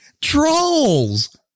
trolls